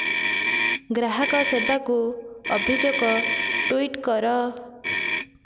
ଗ୍ରାହକ ସେବାକୁ ଅଭିଯୋଗ ଟୁଇଟ୍ କର